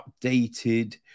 updated